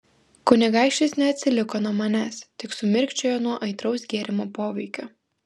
kunigaikštis neatsiliko nuo manęs tik sumirkčiojo nuo aitraus gėrimo poveikio